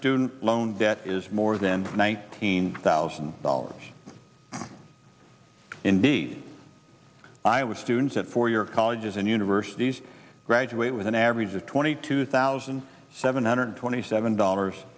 student loan debt is more than nineteen thousand dollars indeed i with students at four year colleges and universities graduate with an average of twenty two thousand seven hundred twenty seven dollars